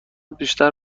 بیشتر